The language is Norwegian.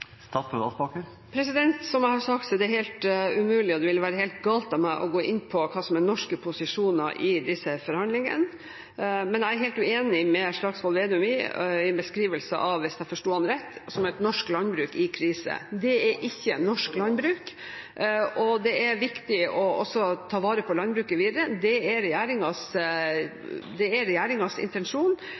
Som jeg har sagt, er det helt umulig, og det ville være helt galt av meg å gå inn på, hva som er norske posisjoner i disse forhandlingene, men jeg er helt uenig i Slagsvold Vedums beskrivelse – hvis jeg forsto ham rett – av et norsk landbruk i krise. Det er ikke norsk landbruk, og det er viktig også å ta vare på landbruket videre. Det er regjeringens intensjon. Det er